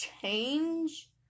change